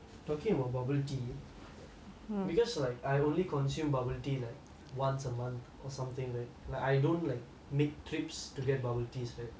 talking about bubble tea because like I only consume bubble tea like once a month or something like like I don't like make trips to get bubble is like unlike most of my classmates lah